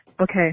Okay